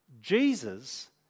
Jesus